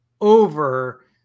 over